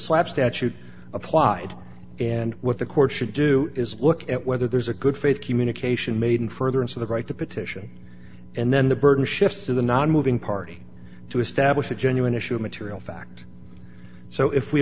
slap statute applied and what the court should do is look at whether there's a good faith communication made in furtherance of the right to petition and then the burden shifts to the nonmoving party to establish a genuine issue of material fact so if we